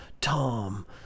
Tom